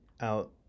out